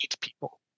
people